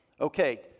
Okay